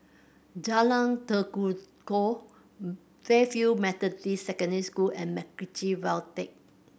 Jalan Tekukor Fairfield Methodist Secondary School and MacRitchie Viaduct